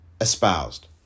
espoused